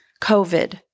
COVID